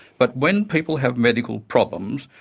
but when people have medical problems,